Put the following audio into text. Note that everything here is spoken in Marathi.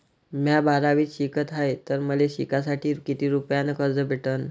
म्या बारावीत शिकत हाय तर मले शिकासाठी किती रुपयान कर्ज भेटन?